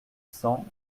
cents